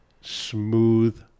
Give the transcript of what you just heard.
Smooth